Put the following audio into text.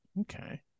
Okay